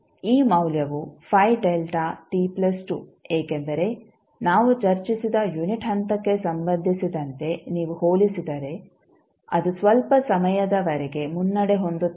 ಈ ಮೌಲ್ಯವು ಏಕೆಂದರೆ ನಾವು ಚರ್ಚಿಸಿದ ಯುನಿಟ್ ಹಂತಕ್ಕೆ ಸಂಬಂಧಿಸಿದಂತೆ ನೀವು ಹೋಲಿಸಿದರೆ ಅದು ಸ್ವಲ್ಪ ಸಮಯದವರೆಗೆ ಮುನ್ನಡೆ ಹೊಂದುತ್ತದೆ